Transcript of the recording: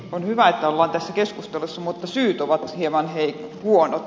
on hyvä että ollaan tässä keskustelussa mutta syyt ovat hieman huonot